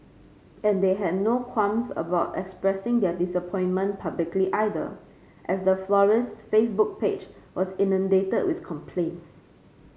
and they had no qualms about expressing their disappointment publicly either as the florist's Facebook page was inundated with complaints